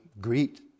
greet